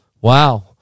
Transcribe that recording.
Wow